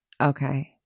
Okay